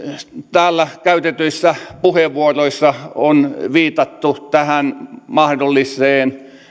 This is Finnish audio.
täällä käytetyissä puheenvuoroissa on viitattu tähän mahdolliseen